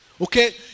Okay